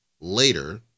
later